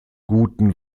guten